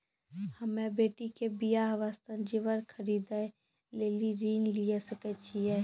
हम्मे बेटी के बियाह वास्ते जेबर खरीदे लेली ऋण लिये सकय छियै?